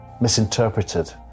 misinterpreted